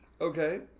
Okay